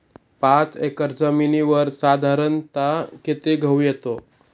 पाच एकर जमिनीवर साधारणत: किती गहू येतो?